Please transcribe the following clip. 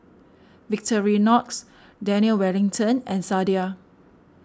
Victorinox Daniel Wellington and Sadia